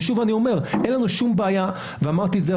ושוב אני אומר שאין לנו שום בעיה אמרתי את זה,